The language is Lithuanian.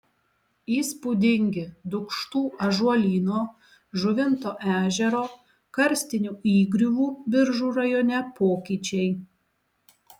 įspūdingi dūkštų ąžuolyno žuvinto ežero karstinių įgriuvų biržų rajone pokyčiai